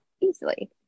easily